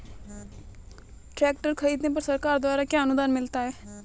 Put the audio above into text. Tractor खरीदने पर सरकार द्वारा क्या अनुदान मिलता है?